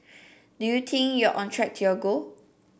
do you think you're on track to your goal